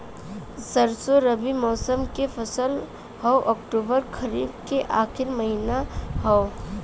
सरसो रबी मौसम क फसल हव अक्टूबर खरीफ क आखिर महीना हव